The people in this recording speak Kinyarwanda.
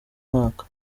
mwaka